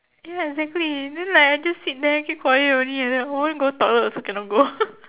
ya exactly then I I just sit there keep quiet only I want go toilet also cannot go